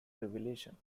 revelation